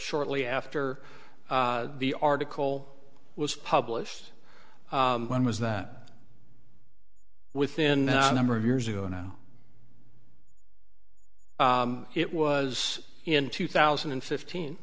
shortly after the article was published when was that within a number of years ago now it was in two thousand and fifteen